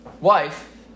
wife